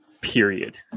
Period